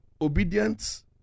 obedience